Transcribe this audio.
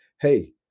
hey